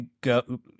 go